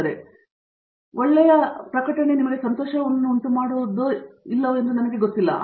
ಆದರೆ ಅದು ನಿಮಗೆ ಸಂತೋಷವನ್ನುಂಟುಮಾಡುವುದು ಏನು ಎಂದು ನನಗೆ ಗೊತ್ತಿಲ್ಲ ಸರಿ